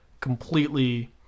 completely